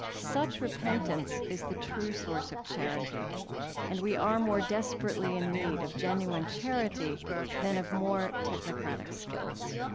such repentance is the true source of charity and we are more desperately in need of genuine charity than of more technocratic skills.